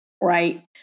right